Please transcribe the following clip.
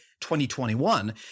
2021